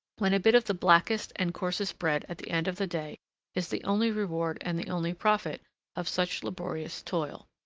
when a bit of the blackest and coarsest bread at the end of the day is the only reward and the only profit of such laborious toil.